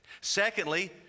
Secondly